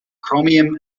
chromium